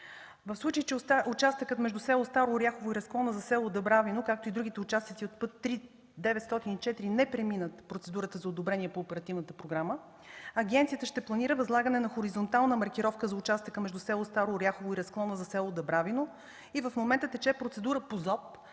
В случай че участъкът между село Старо Оряхово и разклона за село Дъбравино, както и другите участъци от път 3-904 не преминат процедурата за одобрение по оперативната програма, агенцията ще планира възлагане на хоризонтална маркировка за участъка между село Старо Оряхово и разклона за село Дъбравино. В момента тече по ЗОП